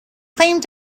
claimed